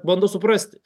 bandau suprasti